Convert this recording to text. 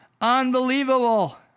unbelievable